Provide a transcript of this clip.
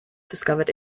discovered